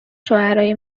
شوهرای